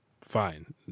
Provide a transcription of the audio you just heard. Fine